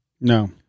No